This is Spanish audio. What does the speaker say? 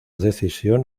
decisión